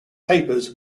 papers